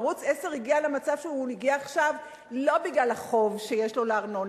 ערוץ-10 הגיע למצב שהגיע עכשיו לא בגלל החוב שיש לו בארנונה,